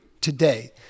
today